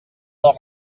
del